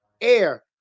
air